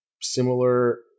similar